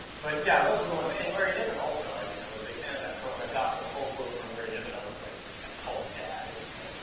but yeah, those are the ones. and larry niven also. i mean i was a big fan of that. so, when i got the pull quote from larry niven, i was like i called dad at, like,